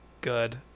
good